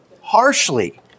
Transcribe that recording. harshly